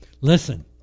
Listen